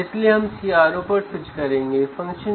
इसलिए हमने 15V लागू किया था